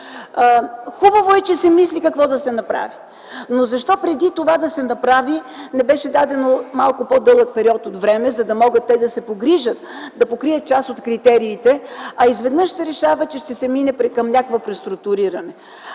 Хубаво е, че се мисли какво да се направи, но защо, преди да се направи това, не беше даден малко по-дълъг период от време, за да може те да се погрижат да покрият част от критериите, а изведнъж се решава, че ще се мине към някакво преструктуриране?